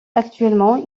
actuellement